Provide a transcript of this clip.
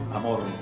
amor